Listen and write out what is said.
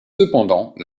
cependant